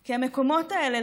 כי המקומות האלה,